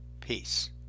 Peace